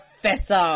professor